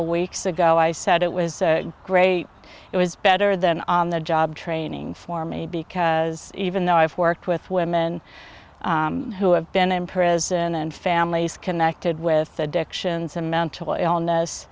couple weeks ago i said it was great it was better than the job training for me because even though i've worked with women who have been in prison and families connected with addictions and mental illness